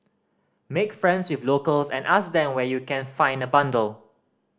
make friends with locals and ask than where you can find a bundle